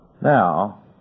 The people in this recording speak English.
Now